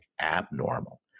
abnormal